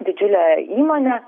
didžiulė įmonė